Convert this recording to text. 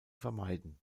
vermeiden